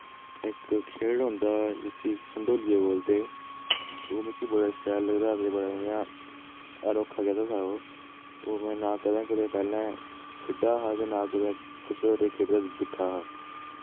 इक खेढ होंदा हा जिसी संतोलिया बोलदे हे ओह् मिकी बड़ा शैल लगदा हा ते बड़ा इ'यां अनोखा गेदा हा ओह् ओह् में ना कदें कुतै पैह्लें खेड्ढा हा ते ना कुतै कुसै होर गी खेढदे दिक्खा हा